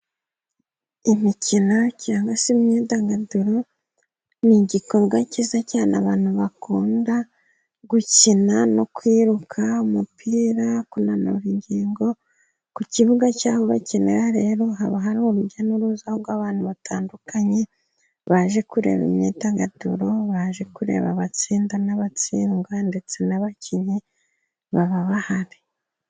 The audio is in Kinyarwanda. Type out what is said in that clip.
Imikino cyangwa se imyidagaduro, ni igikorwa cyiza cyane abantu bakunda, gukina no kwiruka, umupira, kunanura ingingo, ku kibuga cy'aho bakinira rero haba hari urujya n'uruza rw'abantu batandukanye, baje kureba imyidagaduro, baje kureba abatsinda n'abatsindwa, ndetse n'abakinnyi baba bahari.